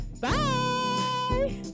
Bye